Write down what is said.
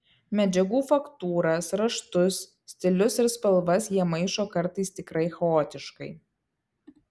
medžiagų faktūras raštus stilius ir spalvas jie maišo kartais tikrai chaotiškai